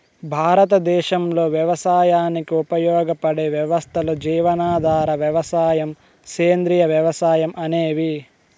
భారతదేశంలో వ్యవసాయానికి ఉపయోగపడే వ్యవస్థలు జీవనాధార వ్యవసాయం, సేంద్రీయ వ్యవసాయం అనేవి